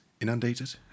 Inundated